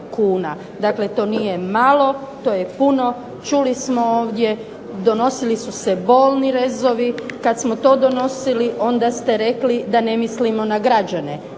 Dakle, to nije malo. To je puno. Čuli smo ovdje, donosili su se bolni rezovi. Kad smo to donosili onda ste rekli da ne mislimo na građane.